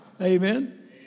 Amen